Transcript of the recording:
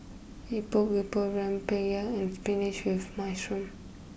Epok Epok Rempeyek and spinach with Mushroom